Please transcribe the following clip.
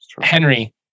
Henry